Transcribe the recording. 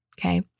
Okay